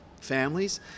families